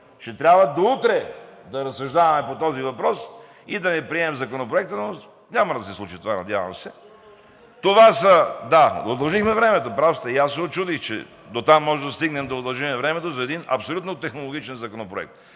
Ще трябва до утре да разсъждаваме по този въпрос и да не приемем Законопроекта, но няма да се случи това, надявам се. (Реплики.) Да, удължихме времето – прав сте, и аз се учудих, че може да стигнем дотам да удължим времето за един абсолютно технологичен законопроект!